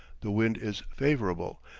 the wind is favorable,